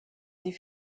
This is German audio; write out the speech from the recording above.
sie